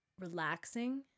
relaxing